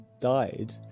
died